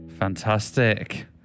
fantastic